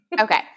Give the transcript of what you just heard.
Okay